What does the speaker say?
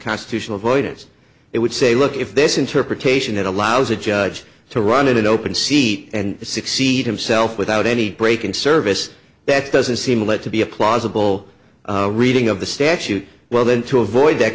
constitutional void it it would say look if this interpretation that allows a judge to run in an open seat and succeed himself without any break in service that doesn't seem to lead to be a plausible reading of the statute well then to avoid that